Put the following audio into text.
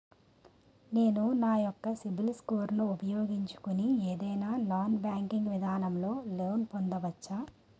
నేను నా యెక్క సిబిల్ స్కోర్ ను ఉపయోగించుకుని ఏదైనా నాన్ బ్యాంకింగ్ విధానం లొ లోన్ పొందవచ్చా?